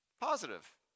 positive